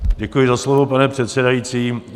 Děkuji za slovo, pane předsedající.